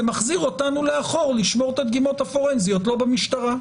זה מחזיר אותנו לאחור לשמור את הדגימות הפורנזיות לא במשטרה.